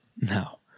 No